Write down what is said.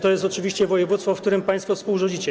To jest oczywiście województwo, w którym państwo współrządzicie.